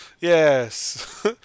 Yes